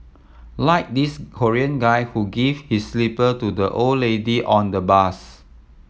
like this Korean guy who gave his slipper to the old lady on the bus